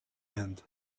end